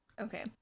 Okay